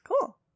Cool